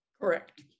Correct